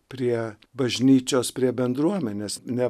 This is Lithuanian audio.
prie bažnyčios prie bendruomenės ne